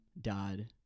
dad